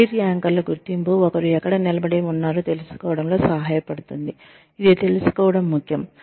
career యాంకర్ల గుర్తింపు ఒకరు ఏకడ నిలబడి ఉన్నారో తెలుసుకోవడం లో సహాయపడుతుంది ఇది తెలుసుకోవడం ముఖ్యం